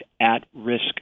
at-risk